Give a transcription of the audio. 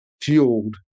fueled